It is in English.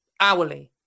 hourly